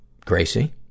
Gracie